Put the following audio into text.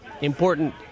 important